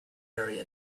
area